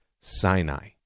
Sinai